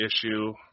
issue